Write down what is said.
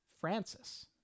Francis